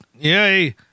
Yay